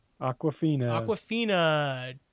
Aquafina